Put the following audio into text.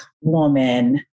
woman